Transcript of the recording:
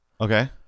Okay